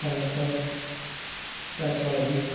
पैंसठ पैतालीस